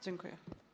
Dziękuję.